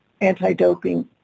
anti-doping